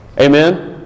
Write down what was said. Amen